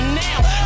now